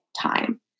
time